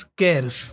cares